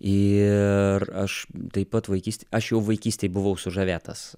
ir aš taip pat vaikystė aš jau vaikystėj buvau sužavėtas